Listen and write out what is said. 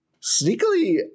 sneakily